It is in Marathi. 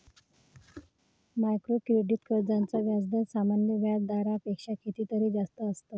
मायक्रो क्रेडिट कर्जांचा व्याजदर सामान्य व्याज दरापेक्षा कितीतरी जास्त असतो